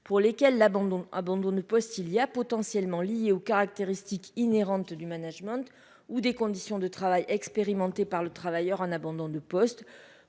pour lesquelles l'abandon, d'abandon de poste, il y a potentiellement liées aux caractéristiques inhérentes du management ou des conditions de travail expérimentée par le travailleur un abandon de poste